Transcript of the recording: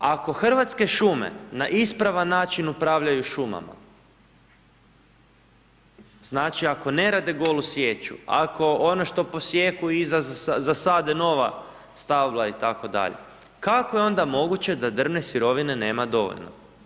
Ako Hrvatske šume na ispravan način upravljaju šumama znači, ako ne rade golu sječu, ako ono što posijeku i zasade nova stabla itd. kako je onda moguće da drvne sirovine nema dovoljno?